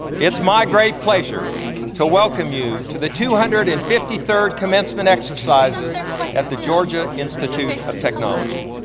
it's my great pleasure to welcome you to the two hundred and fifty third commencement exercises at the georgia institute of technology.